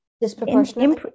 Disproportionately